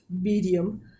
medium